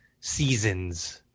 seasons